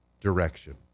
direction